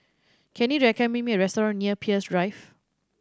can you recommend me a restaurant near Peirce Drive